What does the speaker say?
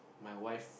my wife